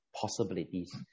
possibilities